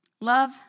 love